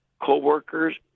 co-workers